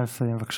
נא לסיים, בבקשה.